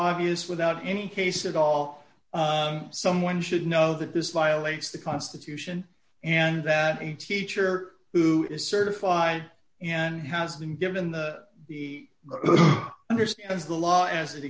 obvious without any case at all someone should know that this violates the constitution and that a teacher who is certified and has been given the b understands the law as